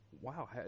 wow